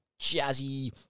jazzy